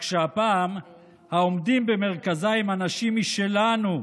רק שהפעם העומדים במרכזה הם אנשים שלנו,